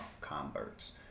converts